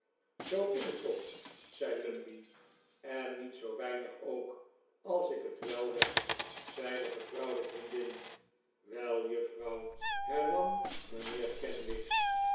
zoo is t toch zei lumbey en niet zoo weinigook als ik t wel heb zei de getrouwde vriendin wel juffrouw hernam mijnheer kenwigs